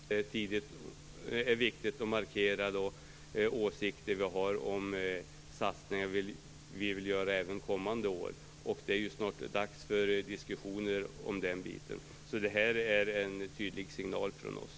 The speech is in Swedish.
Fru talman! Vi tycker att det redan på det här stadiet är viktigt att markera de åsikter som vi har om satsningar som vi vill göra även kommande år. Det är ju snart dags för diskussioner om den biten, så det här är en tydlig signal från oss.